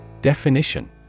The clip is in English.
Definition